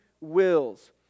wills